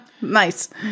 Nice